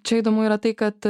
čia įdomu yra tai kad